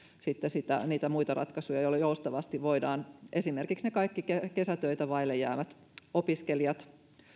sitten niitä muita ratkaisuja joilla joustavasti voidaan esimerkiksi kaikki ne kesätöitä vaille jäävät opiskelijat